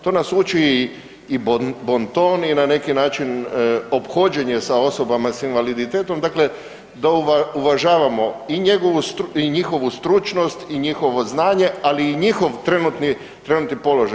To nas uči i bonton i na neki način ophođenje sa osobama s invaliditetom dakle da uvažavamo i njihovu stručnost, i njihovo znanje ali i njihov trenutni položaj.